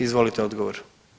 Izvolite odgovor.